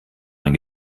mein